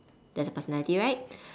that's a personality right